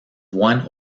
one